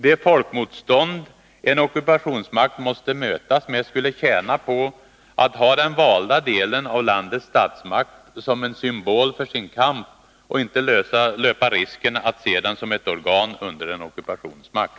Det folkmotstånd en ockupationsmakt måste mötas med skulle tjäna på att ha den valda delen av landets statsmakt som en symbol för sin kamp och skall inte löpa risken att se den som ett organ under en ockupationsmakt.